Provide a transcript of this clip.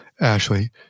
Ashley